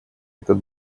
этот